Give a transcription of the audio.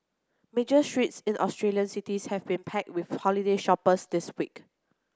major streets in Australian cities have been packed with holiday shoppers this week